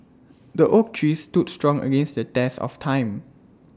the oak tree stood strong against the test of time